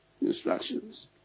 instructions